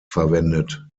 verwendet